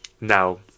Now